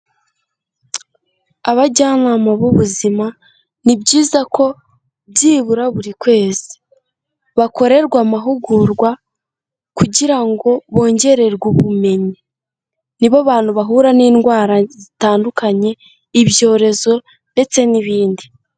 Abajyanama b'ubuzima ni byiza ko byibura buri kwezi bakorerwa amahugurwa kugira ngo bongererwe ubumenyi. Ni bo bantu bahura n'indwara zitandukanye ibyorezo ndetse n'ibindi.